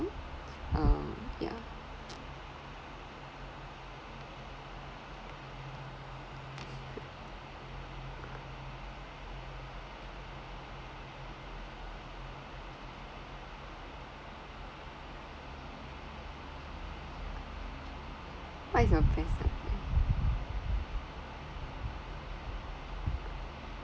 um yeah what is your best subject